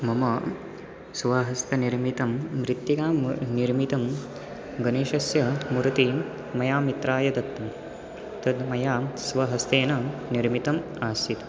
मम स्वहस्तनिर्मितं मृत्तिकां निर्मितं गणेशस्य मूतिं मया मित्राय दत्तं तत् मया स्वहस्तेन निर्मितम् आसीत्